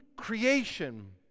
creation